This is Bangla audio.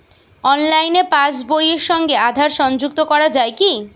অনলাইনে পাশ বইয়ের সঙ্গে আধার সংযুক্তি করা যায় কি?